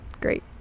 great